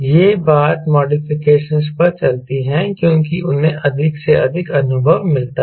ये बात मॉडिफिकेशनस पर चलती है क्योंकि उन्हें अधिक से अधिक अनुभव मिलता है